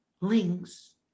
links